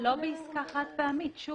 לא בעסקה חד פעמית.